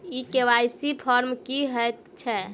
ई KYC form की हएत छै?